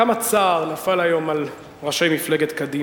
כמה צער נפל היום על ראשי מפלגת קדימה.